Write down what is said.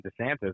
DeSantis